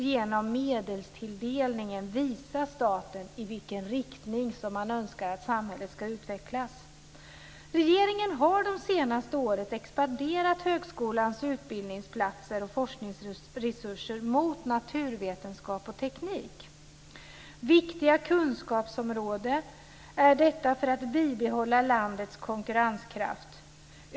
Genom medelstilldelningen visar staten i vilken riktning som man önskar att samhället ska utvecklas. Regeringen har de senaste åren expanderat högskolans utbildningsplatser och forskningsresurser mot naturvetenskap och teknik. Detta är viktiga kunskapsområden när det gäller att bibehålla landets konkurrenskraft.